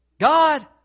God